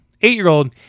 eight-year-old